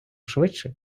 швидше